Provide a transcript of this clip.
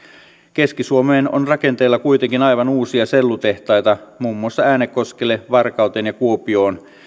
keski suomeen on rakenteilla kuitenkin aivan uusia sellutehtaita muun muassa äänekoskelle varkauteen ja kuopioon